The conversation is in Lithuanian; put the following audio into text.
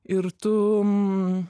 ir tu